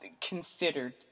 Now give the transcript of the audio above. considered